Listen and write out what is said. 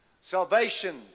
salvation